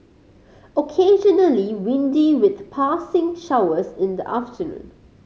occasionally windy with passing showers in the afternoon